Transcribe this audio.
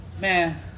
Man